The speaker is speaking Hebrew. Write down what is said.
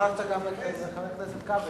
שכחת כאן את חבר הכנסת כבל.